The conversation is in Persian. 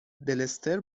دلستر